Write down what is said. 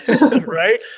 Right